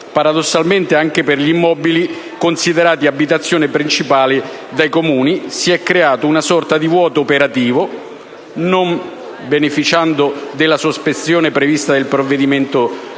Paradossalmente, anche per gli immobili considerati abitazione principale dai Comuni si è creata una sorta di vuoto operativo, non beneficiando della sospensione prevista nel provvedimento in